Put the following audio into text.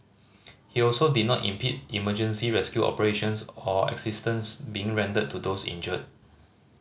he also did not impede emergency rescue operations or assistance being rendered to those injured